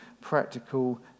practical